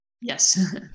Yes